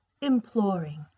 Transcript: imploring